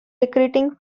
recruiting